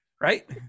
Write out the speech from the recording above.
Right